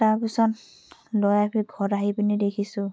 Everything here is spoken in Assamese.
তাৰপিছত লৈ আহি ঘৰত আহি পিনি দেখিছোঁ